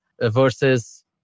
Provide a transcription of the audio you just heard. versus